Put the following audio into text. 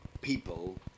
people